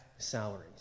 salaries